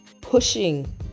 pushing